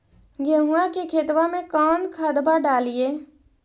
गेहुआ के खेतवा में कौन खदबा डालिए?